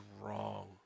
wrong